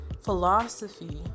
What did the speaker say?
philosophy